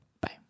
Bye